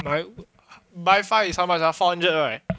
I buy five is how much ah four hundred right